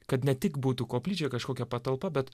kad ne tik būtų koplyčia kažkokia patalpa bet